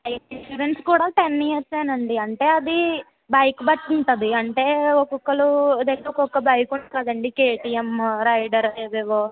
ఆ ఇన్సురెన్సు కూడా టెన్ ఇయర్సేనండి అంటే అది బైక్ బట్టి ఉంటుంది అంటే ఒక్కొక్కళ్ళు లేదు ఒక్కొక్క బైక్ ఉంటుంది కదండీ కేటీఎం రైడర్ ఏవేవో